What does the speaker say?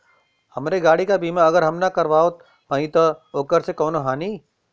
हमरे गाड़ी क बीमा अगर हम ना करावत हई त ओकर से कवनों हानि?